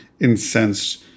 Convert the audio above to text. incensed